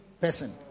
person